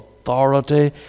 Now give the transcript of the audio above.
Authority